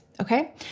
Okay